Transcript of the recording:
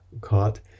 Caught